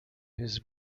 his